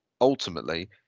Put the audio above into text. ultimately